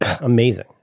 amazing